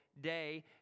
day